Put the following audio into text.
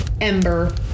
ember